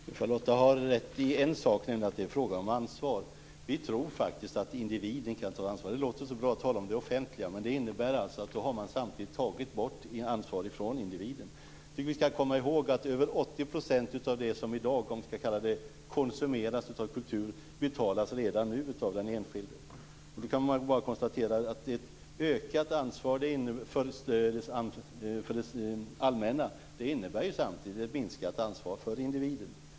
Fru talman! Charlotta har rätt i en sak, nämligen att det är fråga om ansvar. Vi tror faktiskt att individen kan ta ansvar. Det låter så bra att tala om det offentliga, men det innebär alltså att man samtidigt tar bort ansvaret från individen. Vi ska komma ihåg att över 80 % av den kultur som vi i dag om vi ska kalla det konsumerar betalar redan nu den enskilde. Då kan man bara konstatera att ett fullt stöd för det allmänna samtidigt innebär ett minskat ansvar för individen.